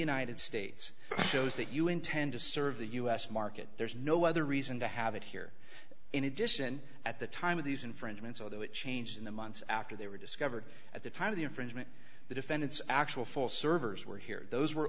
united states shows that you intend to serve the u s market there's no other reason to have it here in addition at the time of these infringements although it changes in the months after they were discovered at the time of the infringement the defendants actual full servers were here those were